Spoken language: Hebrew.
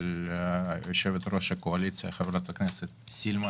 יושבת-ראש הקואליציה חברת הכנסת סילמן.